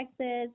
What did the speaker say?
Texas